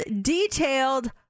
detailed